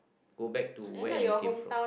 go back to where you came from